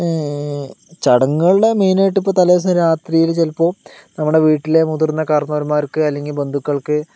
ചടങ്ങുകളുടെ main ആയിട്ടിപ്പോൾ തലേദിവസം രാത്രിയില് ചിലപ്പോൾ നമ്മുടെ വീട്ടിലെ മുതിർന്ന കാരണവന്മാർക്ക് അല്ലെങ്കിൽ ബന്ധുക്കൾക്ക്